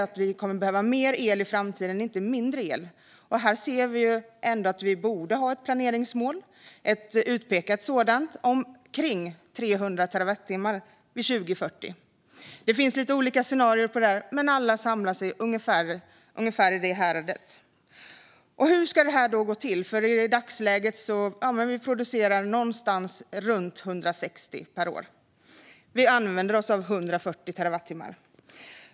Det kommer att behövas mer - inte mindre - el i framtiden. Vi borde ha ett utpekat planeringsmål på omkring 300 terawattimmar vid 2040. Det finns lite olika scenerier för det här, men alla samlas ungefär i det häradet. Hur ska då detta gå till? I dagsläget producerar vi någonstans runt 160 terawattimmar per år och använder oss av 140 terawattimmar.